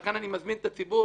ולכן אני מזמין את הציבור,